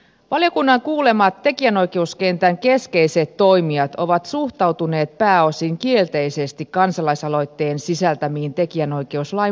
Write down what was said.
valiokunnan kuulemat tekijänoikeuskentän keskeiset toimijat ovat suhtautuneet pääosin kielteisesti kansalaisaloitteen sisältämiin tekijänoikeuslain muutosehdotuksiin